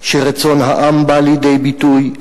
שרצון העם בא לידי ביטוי.